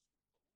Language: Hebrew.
זה סכום פעוט